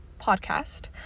podcast